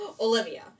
Olivia